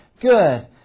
Good